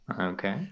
Okay